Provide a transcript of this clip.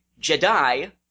Jedi